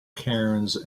cairns